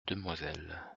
demoiselle